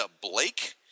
Blake